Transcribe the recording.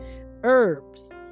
herbs